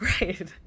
Right